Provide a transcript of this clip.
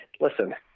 listen